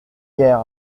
hier